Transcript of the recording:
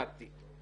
זה לדעתי.